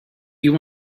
you